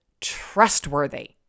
trustworthy